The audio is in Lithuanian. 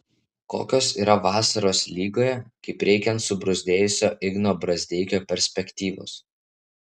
kokios yra vasaros lygoje kaip reikiant subruzdėjusio igno brazdeikio perspektyvos